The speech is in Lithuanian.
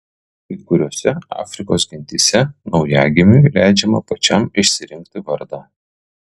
kai kuriose afrikos gentyse naujagimiui leidžiama pačiam išsirinkti vardą